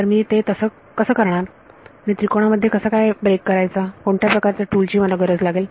तर मी ते कसं करणार मी त्रिकोणा मध्ये कसं काय ब्रेक करेन कोणत्या प्रकारच्या टूल ची गरज मला लागेल